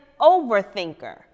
overthinker